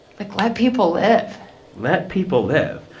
like, let people live let people live.